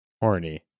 Horny